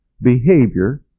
behavior